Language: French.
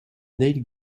neil